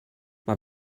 mae